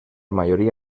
mayoría